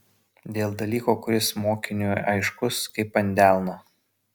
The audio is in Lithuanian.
dėl dalyko kuris mokiniui aiškus kaip ant delno